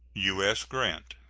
u s. grant.